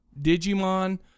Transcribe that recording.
Digimon